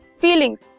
feelings